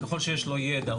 ככל שיש לו ידע,